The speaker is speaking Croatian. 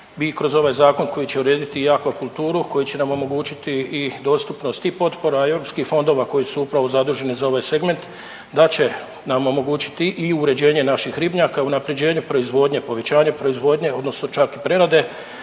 nam omogućiti i uređenje naših ribnjaka, unaprjeđenje proizvodnje, povećanje proizvodnje, odnosno čak i prerade